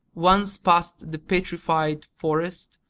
once past the petrified forest,